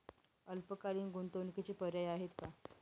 अल्पकालीन गुंतवणूकीचे पर्याय आहेत का?